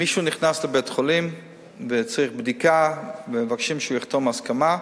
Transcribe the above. מישהו נכנס לבית-חולים וצריך בדיקה ומבקשים שיחתום על הסכמה,